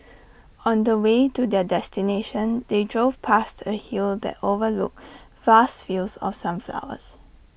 on the way to their destination they drove past A hill that overlooked vast fields of sunflowers